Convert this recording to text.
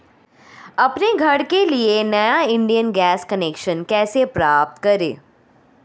अपने घर के लिए नया इंडियन गैस कनेक्शन कैसे प्राप्त करें?